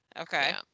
okay